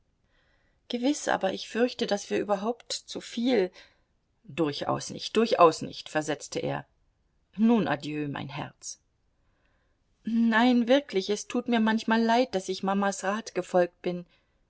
gewiß aber ich fürchte daß wir überhaupt zuviel durchaus nicht durchaus nicht versetzte er nun adieu mein herz nein wirklich es tut mir manchmal leid daß ich mamas rat gefolgt bin